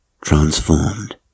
transformed